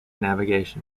navigation